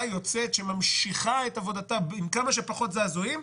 יוצאת שממשיכה את עבודתה עם כמה שפחות זעזועים.